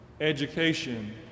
Education